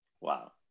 Wow